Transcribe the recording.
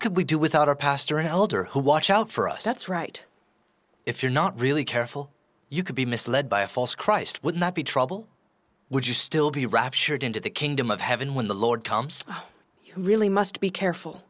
could we do without our pastor elder who watch out for us that's right if you're not really careful you could be misled by a false christ would not be trouble would you still be raptured into the kingdom of heaven when the lord comes who really must be careful